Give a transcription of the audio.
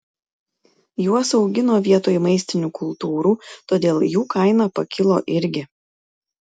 juos augino vietoj maistinių kultūrų todėl jų kaina pakilo irgi